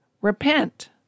Repent